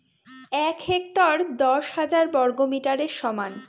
এক হেক্টর দশ হাজার বর্গমিটারের সমান